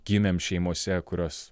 gimėm šeimose kurios